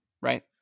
right